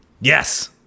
Yes